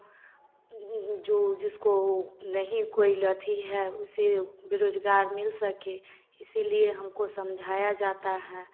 जो जिसको नहीं कोई लथी है उसे बेरोजगार मिल सके इसीलिए हमको समझाया जाता है